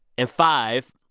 and five,